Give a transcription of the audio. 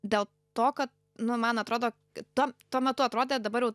dėl to kad nu man atrodo tom tuo metu atrodė dabar jau